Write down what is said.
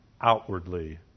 outwardly